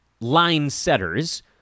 line-setters